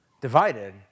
divided